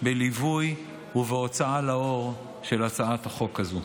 בליווי ובהוצאה לאור של הצעת החוק הזאת.